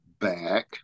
back